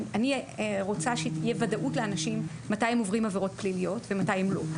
אני רוצה שתהיה ודאות לאנשים מתי הם עוברים עבירות פליליות ומתי הם לא,